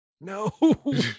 No